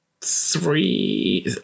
three